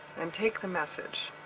and take the message.